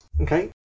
Okay